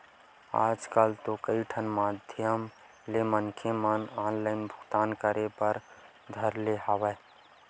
आजकल तो कई ठन माधियम ले मनखे मन ह ऑनलाइन भुगतान करे बर धर ले हवय